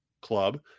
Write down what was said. club